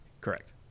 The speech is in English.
Correct